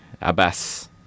Abbas